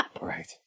Right